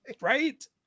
right